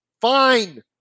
fine